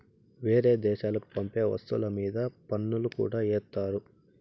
వేరే దేశాలకి పంపే వస్తువుల మీద పన్నులు కూడా ఏత్తారు